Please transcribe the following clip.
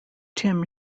tim